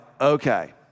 okay